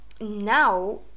now